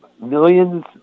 millions